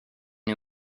new